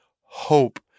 hope